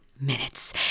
minutes